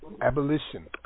Abolition